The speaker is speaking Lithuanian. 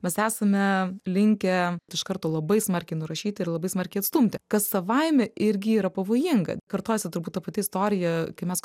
mes esame linkę iš karto labai smarkiai nurašyti ir labai smarkiai atstumti kas savaime irgi yra pavojinga kartojasi turbūt ta pati istorija kai mes